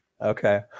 okay